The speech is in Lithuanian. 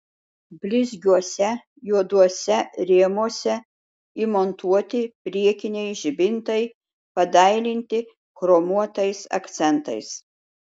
blizgiuose juoduose rėmuose įmontuoti priekiniai žibintai padailinti chromuotais akcentais